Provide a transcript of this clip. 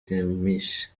kempinski